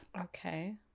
Okay